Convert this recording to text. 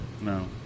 no